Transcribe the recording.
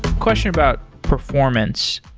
question about performance.